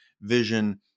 vision